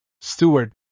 steward